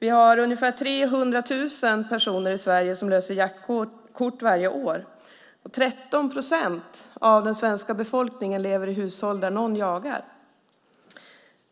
Det finns ungefär 300 000 personer i Sverige som löser jaktkort varje år. 13 procent av den svenska befolkningen lever i hushåll där någon jagar.